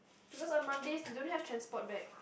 because on Mondays they don't have transport back